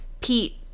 Pete